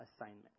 assignment